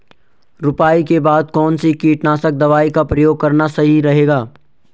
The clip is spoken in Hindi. रुपाई के बाद कौन सी कीटनाशक दवाई का प्रयोग करना सही रहेगा?